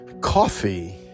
Coffee